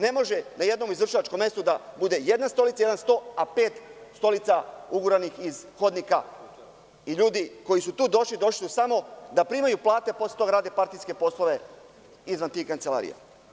Ne može na jednom izvršilačkom mestu da bude jedna stolica, jedan sto, a pet stolica uguranih iz hodnika i ljudi koji su tu došli, došli su samo da primaju plate, a posle toga rade partijske poslove izvan tih kancelarija.